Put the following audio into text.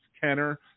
Kenner